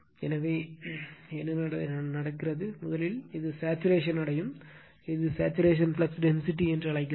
எனவே என்ன நடக்கிறது முதலில் இது சேச்சுரேஷன் அடையும் இது சேச்சுரேஷன் ஃப்ளக்ஸ் டென்சிட்டி அழைக்கிறோம்